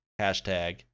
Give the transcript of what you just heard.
hashtag